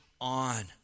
on